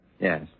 Yes